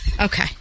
Okay